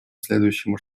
следующему